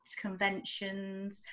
conventions